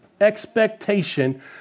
expectation